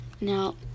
Now